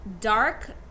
dark